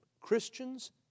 Christians